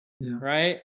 right